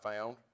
found